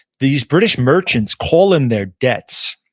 these british merchants call in their debts,